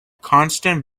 constant